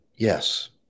Yes